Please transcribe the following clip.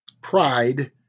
Pride